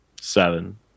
Seven